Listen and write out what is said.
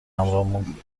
همراهمون